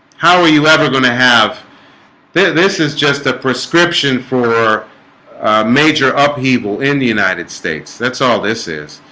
how are you ever going to have this this is just a prescription for major upheaval in the united states, that's all this is